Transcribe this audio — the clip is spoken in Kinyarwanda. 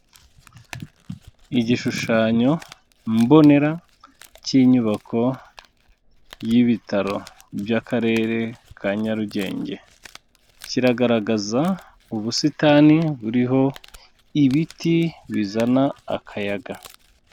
Igishushanyo mbonera cy'inyubako y'ibitaro by'Akarere ka Nyarugenge, kiragaragaza ubusitani buriho ibiti bizana akayaga.